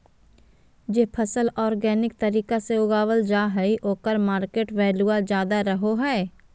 जे फसल ऑर्गेनिक तरीका से उगावल जा हइ ओकर मार्केट वैल्यूआ ज्यादा रहो हइ